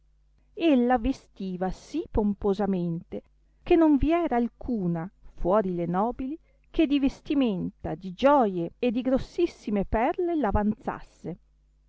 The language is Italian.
lei ella vestiva sì pomposamente che non vi era alcuna fuori le nobili che di vestimenta di gioie e di grossissime perle l'avanzasse